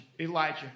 Elijah